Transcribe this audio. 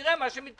נראה מה מתפתח.